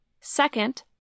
Second